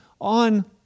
on